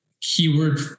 keyword